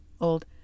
old